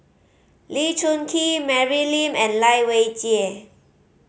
Lee Choon Kee Mary Lim and Lai Weijie